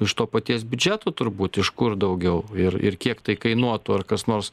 iš to paties biudžeto turbūt iš kur daugiau ir ir kiek tai kainuotų ar kas nors